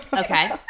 Okay